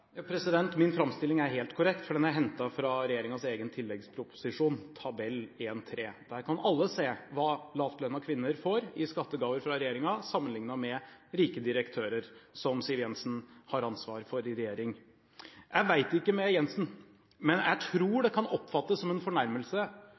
Min framstilling er helt korrekt, for den er hentet fra regjeringens egen tilleggsproposisjon, tabell 1.3. Der kan alle se hva lavtlønnede kvinner får i skattegave fra regjeringen sammenlignet med rike direktører, som Siv Jensen har ansvar for i regjering. Jeg vet ikke med Jensen, men jeg tror